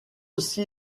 aussi